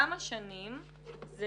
כמה שנים הם